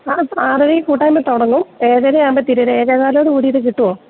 ആറരയ്ക്കു കൂട്ടായ്മ തുടങ്ങും ഏഴര ആവുമ്പോള് തീരും ഒരു ഏഴേ കാലോടു കൂടി ഇത് കിട്ടുമോ